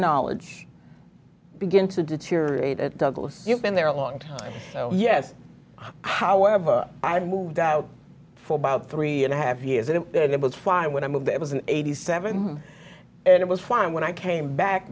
knowledge begin to deteriorate at douglas you've been there a long time yes however i moved out for about three and a half years and it was fine when i moved it was an eighty seven and it was fine when i came back